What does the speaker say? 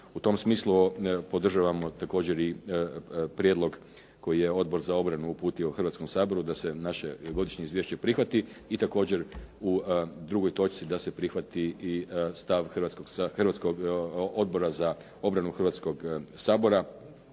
U tom smislu podržavamo također i prijedlog koji je Odbor za obranu uputio Hrvatskom saboru da se naše ovogodišnje prihvati. I također u drugoj točci da se prihvati i stav Hrvatskog odbora za obranu, Hrvatskoga sabora,